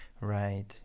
right